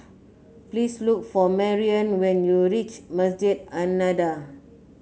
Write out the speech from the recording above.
please look for Marion when you reach Masjid An Nahdhah